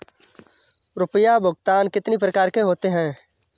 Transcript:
रुपया भुगतान कितनी प्रकार के होते हैं?